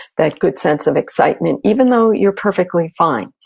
that good sense of excitement, even though you're perfectly fine.